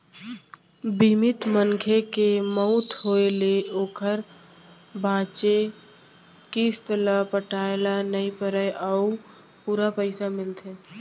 बीमित मनखे के मउत होय ले ओकर बांचे किस्त ल पटाए ल नइ परय अउ पूरा पइसा मिलथे